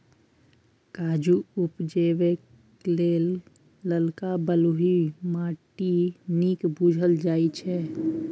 काजु उपजेबाक लेल ललका बलुआही माटि नीक बुझल जाइ छै